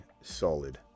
solid